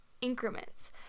increments